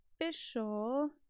official